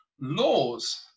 laws